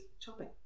chopping